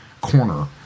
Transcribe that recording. corner